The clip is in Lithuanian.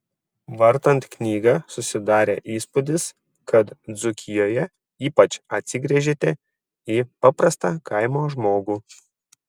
vartant knygą susidarė įspūdis kad dzūkijoje ypač atsigręžėte į paprastą kaimo žmogų